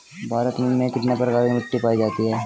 भारत में कितने प्रकार की मिट्टी पाई जाती हैं?